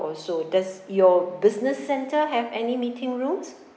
or so does your business centre have any meeting rooms